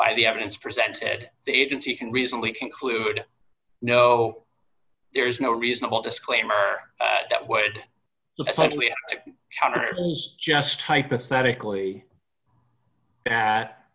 by the evidence presented the agency can reasonably conclude there is no reasonable disclaimer that would just hypothetically th